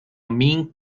mink